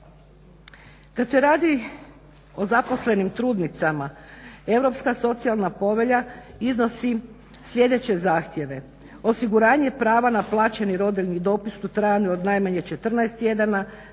Kad se radi o zaposlenim trudnicama Europska socijalna povelja iznosi sljedeće zahtjeve: osiguranje prava na plaćeni rodiljni dopust u trajanju od najmanje 14 tjedana,